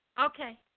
Okay